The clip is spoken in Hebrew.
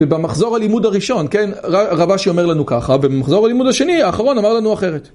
ובמחזור הלימוד הראשון, כן, רבה שאומר לנו ככה ובמחזור הלימוד השני, האחרון אמר לנו אחרת.